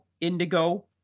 indigo